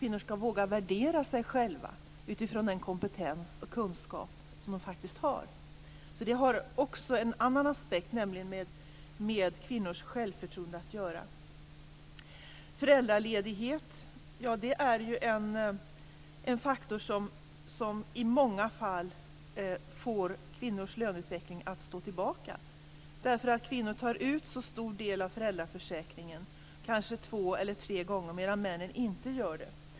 Kvinnor måste våga värdera sig själva utifrån den kompetens och den kunskap de faktiskt har. Det är en annan aspekt som har med kvinnors självförtroende att göra. Föräldraledighet är en faktor som i många fall får kvinnors löneutveckling att stå tillbaka. Kvinnor tar ut en stor del av föräldraförsäkringen kanske två eller tre gånger medan männen inte gör det.